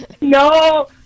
No